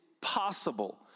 possible